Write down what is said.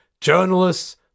journalists